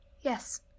Yes